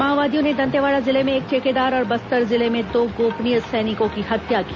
माओवादियों ने दंतेवाड़ा जिले में एक ठेकेदार और बस्तर जिले में दो गोपनीय सैनिकों की हत्या की